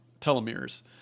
telomeres